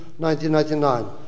1999